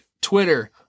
Twitter